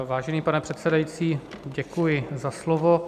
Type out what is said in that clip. Vážený pane předsedající, děkuji za slovo.